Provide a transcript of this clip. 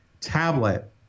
tablet